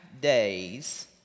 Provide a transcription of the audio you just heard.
days